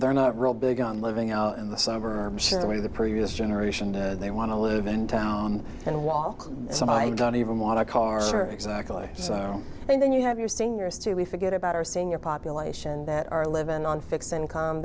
they're not real big on moving out in the suburbs the way the previous generation the they want to live in town and walk so i don't even want a car exactly so and then you have your seniors too we forget about our senior population that are living on fixed income